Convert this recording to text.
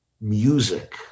music